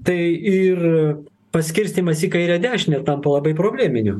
tai ir paskirstymas į kairę dešinę tampa labai probleminiu